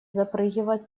запрыгивать